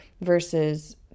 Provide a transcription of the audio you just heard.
versus